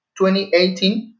2018